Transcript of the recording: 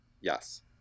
Yes